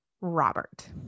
Robert